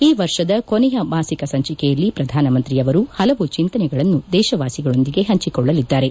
ಈ ವರ್ಷದ ಕೊನೆಯ ಮಾಸಿಕ ಸಂಚಿಕೆಯಲ್ಲಿ ಪ್ರಧಾನಮಂತ್ರಿಯವರು ಹಲವು ಚಿಂತನೆಗಳನ್ನು ದೇಶವಾಸಿಗಳೊಂದಿಗೆ ಹಂಚೆಕೊಳ್ಳಲಿದ್ದಾರೆ